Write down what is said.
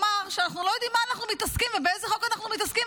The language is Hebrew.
אמר שאנחנו לא יודעים במה אנחנו מתעסקים ובאיזה חוק אנחנו מתעסקים,